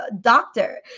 Doctor